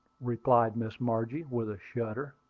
replied miss margie, with a shudder.